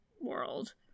world